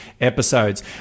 episodes